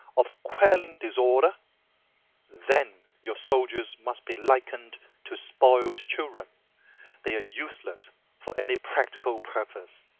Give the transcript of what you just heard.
of quelling disorder then your soldiers must be likened to spoilt children they are useless for any practical purpose.